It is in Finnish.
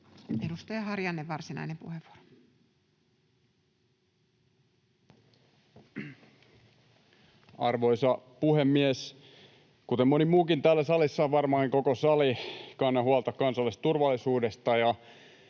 Edustaja Harjanne, varsinainen puheenvuoro. Arvoisa puhemies! Kuten moni muukin täällä salissa — varmaan koko sali — kannan huolta kansallisesta turvallisuudesta